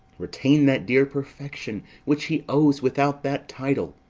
retain that dear perfection which he owes without that title.